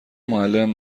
معلم